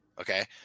Okay